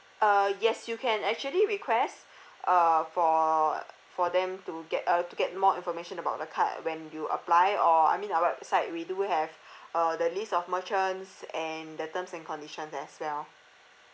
uh yes you can actually request uh for for them to get uh to get more information about the card when you apply or I mean our website we do have uh the list of merchants and the terms and conditions as well